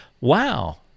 wow